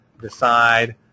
decide